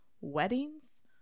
weddings